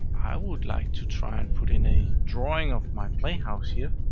i would like to try and put in a drawing of my playhouse here.